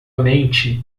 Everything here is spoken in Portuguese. mente